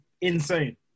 insane